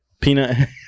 peanut